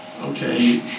Okay